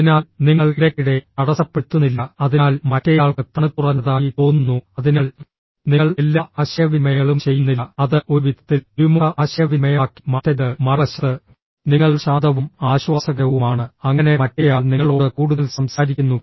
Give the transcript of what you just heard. അതിനാൽ നിങ്ങൾ ഇടയ്ക്കിടെ തടസ്സപ്പെടുത്തുന്നില്ല അതിനാൽ മറ്റേയാൾക്ക് തണുത്തുറഞ്ഞതായി തോന്നുന്നു അതിനാൽ നിങ്ങൾ എല്ലാ ആശയവിനിമയങ്ങളും ചെയ്യുന്നില്ല അത് ഒരു വിധത്തിൽ ദ്വിമുഖ ആശയവിനിമയമാക്കി മാറ്റരുത് മറുവശത്ത് നിങ്ങൾ ശാന്തവും ആശ്വാസകരവുമാണ് അങ്ങനെ മറ്റേയാൾ നിങ്ങളോട് കൂടുതൽ സംസാരിക്കുന്നു